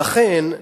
לכן,